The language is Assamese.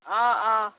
অঁ অঁ